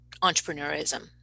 entrepreneurism